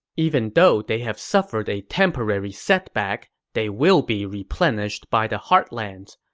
even though they have suffered a temporary setback, they will be replenished by the heartlands.